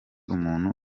umuntu